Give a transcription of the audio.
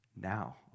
Now